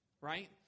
Right